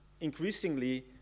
increasingly